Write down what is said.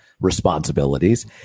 responsibilities